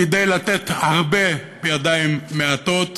כדי לתת הרבה בידיים מעטות,